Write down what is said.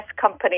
company